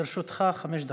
לרשותך חמש דקות.